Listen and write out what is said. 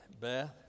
Beth